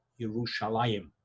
Yerushalayim